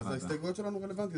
אז ההסתייגויות שלנו רלוונטיות,